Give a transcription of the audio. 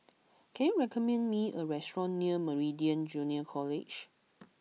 can you recommend me a restaurant near Meridian Junior College